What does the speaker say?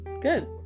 good